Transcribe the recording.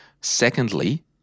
Secondly